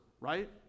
right